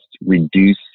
reduce